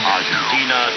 Argentina